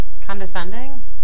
Condescending